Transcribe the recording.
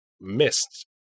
missed